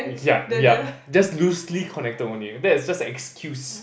yup yup just loosely connected only that is just an excuse